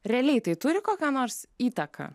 realiai tai turi kokią nors įtaką